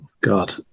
God